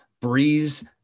Breeze